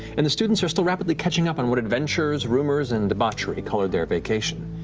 and the students are still rapidly catching up on what adventures, rumors, and debauchery colored their vacation.